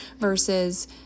Versus